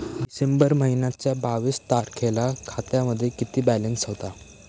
डिसेंबर महिन्याच्या बावीस तारखेला खात्यामध्ये किती बॅलन्स होता?